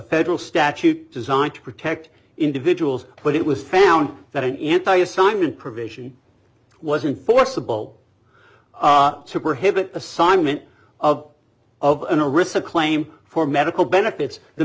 federal statute designed to protect individuals but it was found that an anti assignment provision wasn't forcible superhit assignment of of a receipt claim for medical benefits the